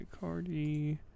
Cardi